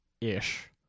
ish